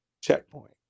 checkpoint